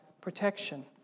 protection